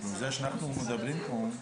מסוימות באירופה.